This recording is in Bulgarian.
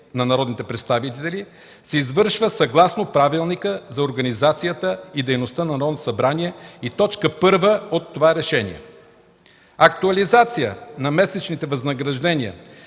на народните представители се извършват съгласно Правилника за организацията и дейността на Народното събрание и т. 1 от това решение. 3. Актуализация на месечните възнаграждения